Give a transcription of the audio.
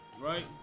right